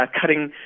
cutting